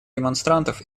демонстрантов